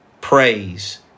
praise